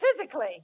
physically